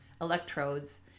electrodes